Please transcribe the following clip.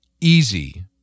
easy